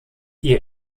ihr